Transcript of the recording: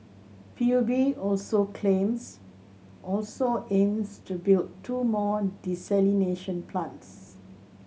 P U B also claims also aims to build two more desalination plants